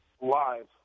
live